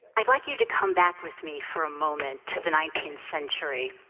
i'd like you to come back with me for a moment to the nineteenth century,